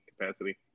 capacity